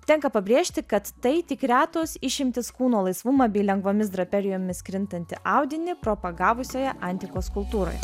tenka pabrėžti kad tai tik retos išimtys kūno laisvumą bei lengvomis draperijomis krintantį audinį propagavusioje antikos kultūroje